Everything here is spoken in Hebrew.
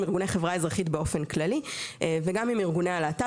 ארגוני חברה אזרחית באופן כללי וגם עם ארגוני הלהט"ב.